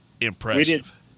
impressive